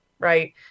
Right